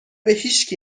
هیشکی